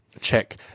check